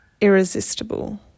irresistible